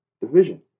division